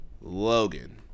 Logan